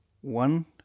One